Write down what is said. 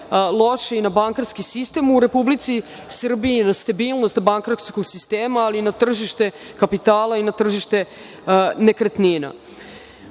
loše i na bankarski sistem u Republici Srbiji i na stabilnost bankarskog sistema, ali i na tržište kapitala i na tržište nekretnina. Ono